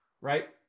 right